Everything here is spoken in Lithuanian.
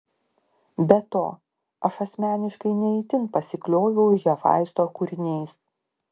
be to aš asmeniškai ne itin pasiklioviau hefaisto kūriniais